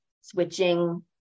switching